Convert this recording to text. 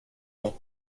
noch